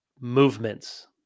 movements